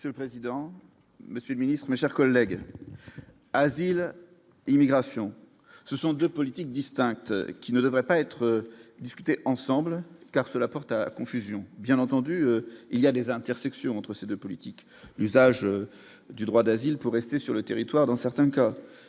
Monsieur le président, Monsieur le Ministre, mes chers collègues, asile et immigration, ce sont 2 politiques distinctes qui ne devraient pas être discuté ensemble, car cela porte à confusion, bien entendu, il y a des intersections entre ces 2 politiques, l'usage du droit d'asile pour rester sur le territoire, dans certains cas,